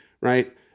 right